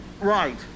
Right